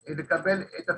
לקבל את הטפסים.